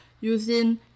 using